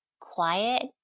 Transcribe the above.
quiet